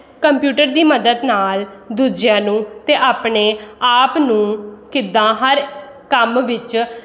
computer ਦੀ ਮਦਦ ਨਾਲ ਦੂਜਿਆਂ ਨੂੰ ਅਤੇ ਆਪਣੇ ਆਪ ਨੂੰ ਕਿੱਦਾਂ ਹਰ ਕੰਮ ਵਿੱਚ